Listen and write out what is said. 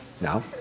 Now